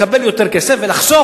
לקבל יותר כסף ולחסוך,